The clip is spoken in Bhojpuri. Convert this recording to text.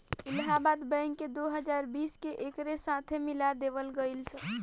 इलाहाबाद बैंक के दो हजार बीस में एकरे साथे मिला देवल गईलस